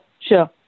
Sure